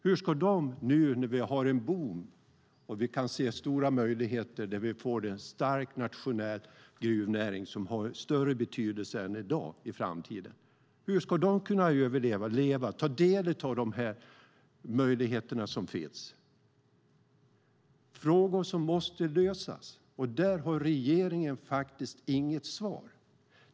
Hur ska de nu, när vi har en boom och kan se stora möjligheter till en stark nationell gruvnäring som har ännu större betydelse i framtiden, kunna överleva, leva och ta del av möjligheterna som finns? Det är frågor som måste lösas, och där har regeringen faktiskt inget svar.